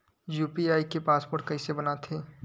UPI के password कइसे बनाथे?